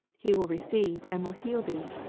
he will receive, and will heal thee.